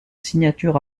signature